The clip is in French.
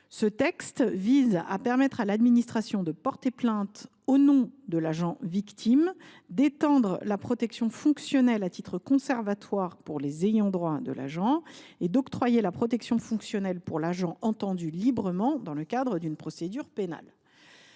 Ce texte vise à permettre à l’administration de porter plainte au nom de l’agent victime, à étendre la protection fonctionnelle à titre conservatoire pour les ayants droit de l’agent et à octroyer la protection fonctionnelle à l’agent entendu librement dans le cadre d’une procédure pénale.